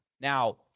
now